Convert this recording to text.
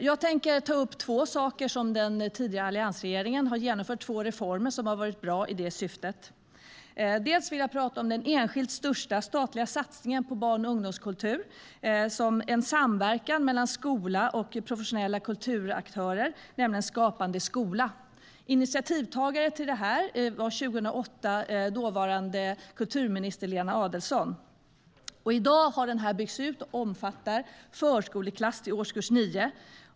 Jag tänker ta upp två reformer som den tidigare alliansregeringen har genomfört och som har varit bra i det syftet. Jag vill prata om den enskilt största statliga satsningen på barn och ungdomskultur, en samverkan mellan skola och professionella kulturaktörer, nämligen Skapande skola. Initiativtagare till detta var 2008 dåvarande kulturministern Lena Adelsohn Liljeroth. I dag har Skapande skola byggts ut och omfattar förskoleklass till årskurs 9.